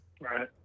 Right